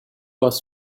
was